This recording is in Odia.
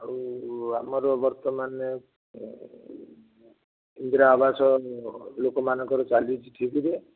ଆଉ ଆମର ବର୍ତ୍ତମାନ ଇନ୍ଦିରା ଆବାସ ଲୋକମାନଙ୍କର ଚାଲିଛି ଠିକରେ